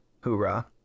Hoorah